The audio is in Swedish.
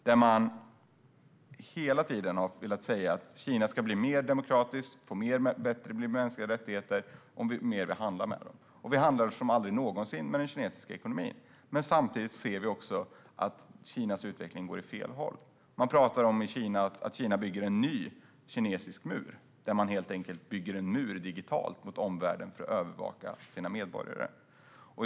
Man har hela tiden sagt att Kina ska bli mer demokratiskt och bli bättre på mänskliga rättigheter ju mer vi handlar med dem. Och vi handlar mer än någonsin med Kina. Men samtidigt ser vi att Kinas utveckling går åt fel håll. Det talas i Kina om att Kina bygger en ny kinesisk mur. Man bygger helt enkelt en mur digitalt mot omvärlden för att övervaka sina medborgare.